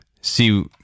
see